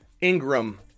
Ingram